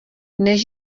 než